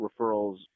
referrals